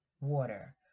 water